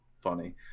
funny